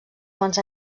quants